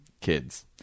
kids